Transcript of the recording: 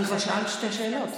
אבל כבר שאלת שתי שאלות.